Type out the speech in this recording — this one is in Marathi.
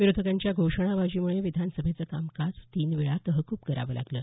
विरोधकांच्या घोषणाबाजीमुळे विधानसभेचं कामकाज तीन वेळा तहकूब करावं लागलं